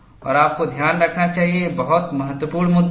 और आपको ध्यान रखना चाहिए ये बहुत महत्वपूर्ण मुद्दे हैं